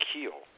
Keel